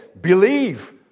Believe